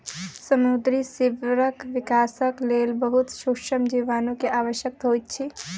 समुद्री सीवरक विकासक लेल बहुत सुक्ष्म जीवाणु के आवश्यकता होइत अछि